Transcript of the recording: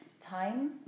time